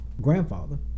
grandfather